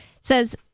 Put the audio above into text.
says